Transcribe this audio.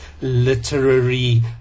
literary